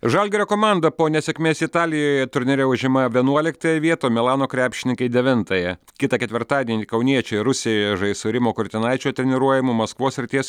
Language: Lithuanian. žalgirio komanda po nesėkmės italijoje turnyre užima vienuoliktąją vietą milano krepšininkai devintąją kitą ketvirtadienį kauniečiai rusijoje žais su rimo kurtinaičio treniruojama maskvos srities